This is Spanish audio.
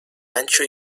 ancho